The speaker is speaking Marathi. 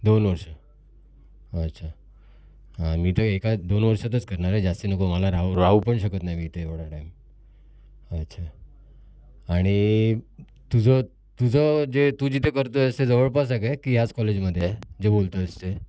दोन वर्ष हा अच्छा हा मी ते एका दोन वर्षातच करणार आहे जास्ती नको मला राहू राहू पण शकत नाही मी इथे एवढा टाईम हा अच्छा आणि तुझं तुझं जे तू जिथे करतो आहेस ते जवळपास आहे काय की ह्याच कॉलेजमध्ये आहे जे बोलतो आहेस ते